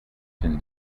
can